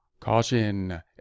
Caution